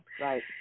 Right